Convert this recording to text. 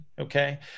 Okay